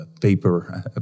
Paper